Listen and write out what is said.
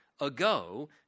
ago